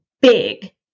big